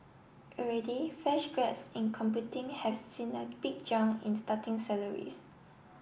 already fresh grads in computing have seen a big jump in starting salaries